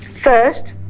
first,